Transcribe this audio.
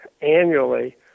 annually